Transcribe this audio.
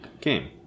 game